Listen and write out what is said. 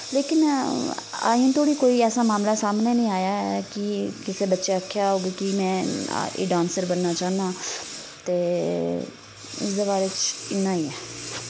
लेकिन अजें तोड़ी कोई ऐसा मामला सामनै निं आया ऐ कि किसे बच्चै आक्खेआ होग कि मैं एह् डांसर बनना चाह्नां ते इसदे बारे च इन्ना ही ऐ